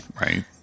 right